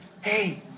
Hey